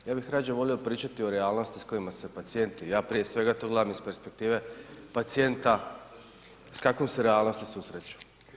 Ja bih radije volio pričati o realnosti s kojima se pacijenti, ja prije svega to gledam iz perspektive pacijenta s kakvom se realnosti susreću.